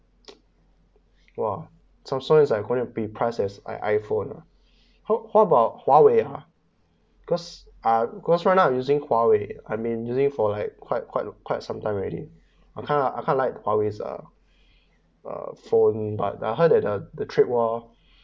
!wah! so so is like curous beat price as i~ iphone uh how about huawei uh cause uh cause right now I'm using huawei I mean using for like quite quite quite sometime already I can't I can't like huawei's uh uh phone I I heard that uh the trade war